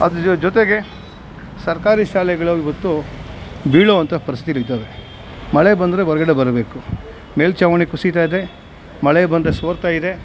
ಅದ್ರ ಜೊ ಜೊತೆಗೆ ಸರ್ಕಾರಿ ಶಾಲೆಗಳು ಇವತ್ತು ಬೀಳೋವಂಥ ಪರ್ಸ್ಥಿತಿಲಿದಾವೆ ಮಳೆ ಬಂದರೆ ಹೊರ್ಗಡೆ ಬರಬೇಕು ಮೇಲ್ಛಾವಣಿ ಕುಸಿತಾ ಇದೆ ಮಳೆ ಬಂದರೆ ಸೋರುತ್ತಾ ಇದೆ